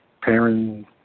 parent